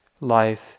life